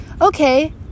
okay